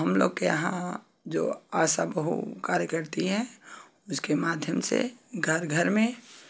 हम लोग के यहाँ जो आशा बहू कार्य करती हैं उसके माध्यम से घर घर में